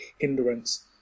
hindrance